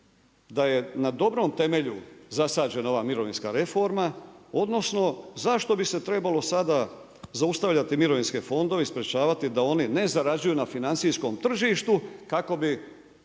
da je na dobrom temelju zasađena ova mirovinska reforma, odnosno zašto bi se trebalo sada zaustavljati mirovinske fondove i sprječavati da oni ne zarađuju na financijskom tržišnu kako bi